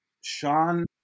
Sean